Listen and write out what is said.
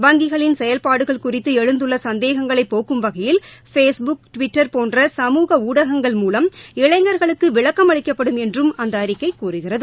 வங்கிகளின் செயல்பாடுகள் குறித்து எழுந்துள்ள சந்தேகங்களை போக்கும் வகையில் பேஸ் புக் டுவிட்டர் போன்ற சமூக ஊடகங்கள் மூலம் இளைஞர்களுக்கு விளக்கம் அளிக்கப்படும் என்றும் அந்த அறிக்கை கூறுகிறது